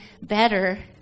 better